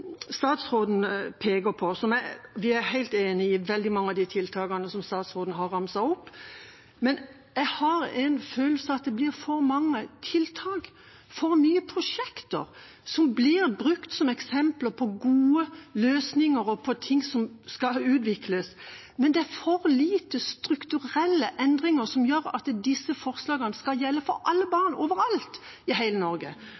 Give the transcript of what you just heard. Vi er helt enig i mange av de tiltakene som statsråden har ramset opp, men jeg har en følelse av at det blir for mange tiltak, for mange prosjekter, som blir brukt som eksempler på gode løsninger og på ting som skal utvikles. Men det er for lite strukturelle endringer som gjør at disse forslagene skal gjelde for alle barn overalt i hele Norge,